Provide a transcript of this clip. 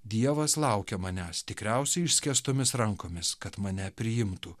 dievas laukia manęs tikriausiai išskėstomis rankomis kad mane priimtų